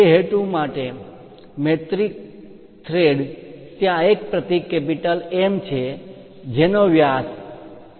તે હેતુ માટે મેટ્રિક થ્રેડ ત્યાં એક પ્રતીક M છે જેનો વ્યાસ 12 મીમી હોઈ શકે છે